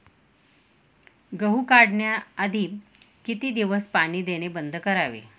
गहू काढण्याआधी किती दिवस पाणी देणे बंद करावे?